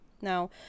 Now